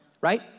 right